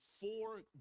four